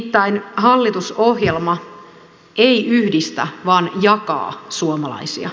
nimittäin hallitusohjelma ei yhdistä vaan jakaa suomalaisia